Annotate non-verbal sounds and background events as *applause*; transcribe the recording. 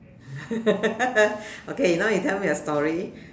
*laughs* okay now you tell me a story